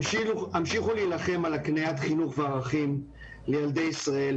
המשיכו להילחם על הקניית חינוך וערכים לילדי ישראל,